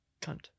Cunt